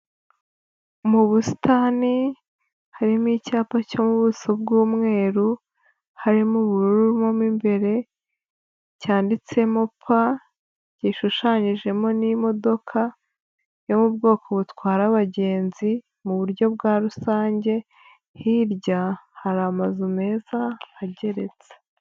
Mu busitani harimo icyapa cy'ubuso bw'umweru harimo ubururu mo imbere cyanditsemo pa gishushanyijemo n'imodoka yo mu bwoko butwara abagenzi, mu buryo bwa rusange hirya hari amazu meza ageretse.